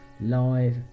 live